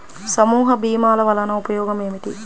సమూహ భీమాల వలన ఉపయోగం ఏమిటీ?